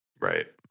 right